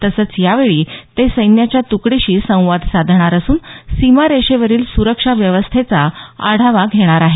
तसंच यावेळी ते सैन्याच्या तुकडीशी संवाद साधणार असून सीमारेषेवरील सुरक्षाव्यवस्थेचा आढावा घेणार आहे